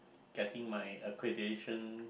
getting my accreditation